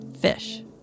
Fish